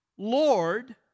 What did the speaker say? Lord